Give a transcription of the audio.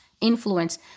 influence